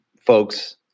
folks